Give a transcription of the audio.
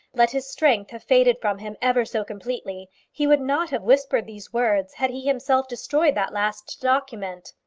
let his strength have faded from him ever so completely, he would not have whispered these words had he himself destroyed that last document.